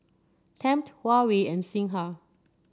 Tempt Huawei and Singha